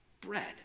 bread